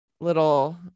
little